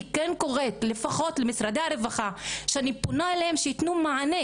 אני קוראת לפחות למשרד הרווחה שיתנו מענה